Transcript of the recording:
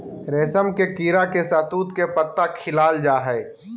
रेशम के कीड़ा के शहतूत के पत्ता खिलाल जा हइ